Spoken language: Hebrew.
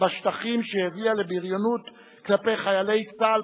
בשטחים שהביאה לבריונות כלפי חיילי צה"ל,